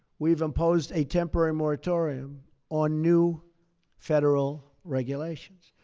we've imposed a temporary moratorium on new federal regulations.